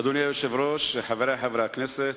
אדוני היושב-ראש, חברי חברי הכנסת,